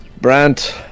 Brant